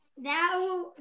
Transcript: Now